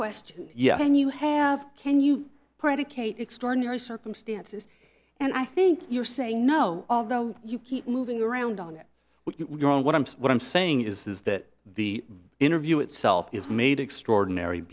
question yes and you have can you predicate extraordinary circumstances and i think you're saying no although you keep moving around on what you are and what i'm what i'm saying is that the interview itself is made extraordinary